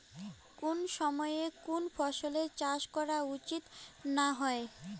কুন সময়ে কুন ফসলের চাষ করা উচিৎ না হয়?